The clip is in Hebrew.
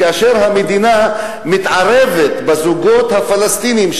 כאשר המדינה מתערבת אצל הזוגות הפלסטינים,